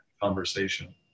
conversation